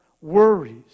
worries